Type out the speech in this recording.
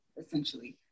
essentially